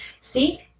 See